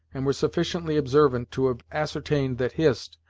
and were sufficiently observant to have ascertained that hist,